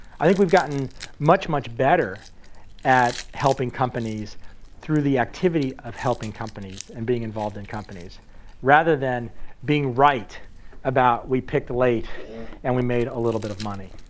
i think we've gotten much, much better at helping companies through the activity of helping companies and being involved in companies rather than being right about we picked late and we made a little bit of money.